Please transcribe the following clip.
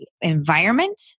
environment